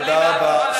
תודה רבה.